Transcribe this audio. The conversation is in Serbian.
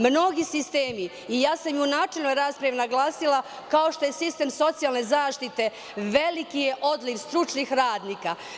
Mnogi sistemi i ja sam i u načelnoj raspravi naglasila, kao što je sistem socijalne zaštite, veliki je odliv stručnih radnika.